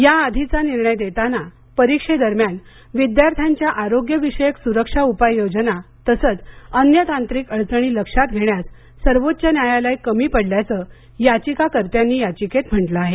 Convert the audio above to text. या आधीचा निर्णय देताना परीक्षे दरम्यान विद्यार्थ्यांच्या आरोग्य विषयक सुरक्षा उपाय योजना तसंच अन्य तांत्रिक अडचणी लक्षात घेण्यास न्यायालय कमी पडल्याचं याचीकाकर्त्यांनी याचिकेत म्हंटलं आहे